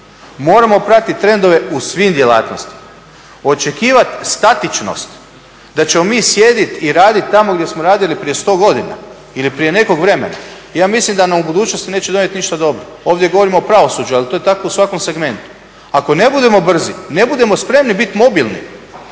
Moramo pratiti trendove u svim djelatnostima. Očekivati statičnost, da ćemo mi sjediti i raditi tamo gdje smo radili prije 100 godina ili prije nekog vremena ja mislim da nam u budućnosti neće donijeti ništa dobro. Ovdje govorimo o pravosuđu, ali to je tako u svakom segmentu. Ako ne budemo brzi, ne budemo spremni biti mobilni